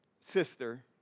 sister